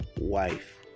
wife